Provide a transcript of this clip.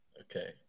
Okay